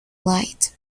light